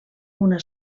una